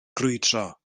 grwydro